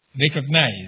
recognize